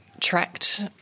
tracked